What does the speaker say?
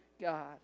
God